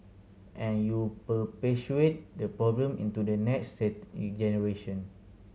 and you perpetuate the problem into the next set generation